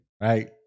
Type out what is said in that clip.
right